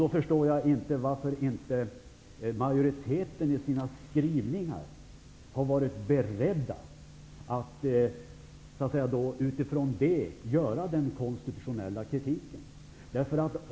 Jag förstår inte varför inte majoriteten i sina skrivningar har varit beredd att framföra någon konstitutionell kritik.